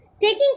taking